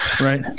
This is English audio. Right